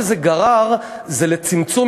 זו צורה מאוד ילדותית.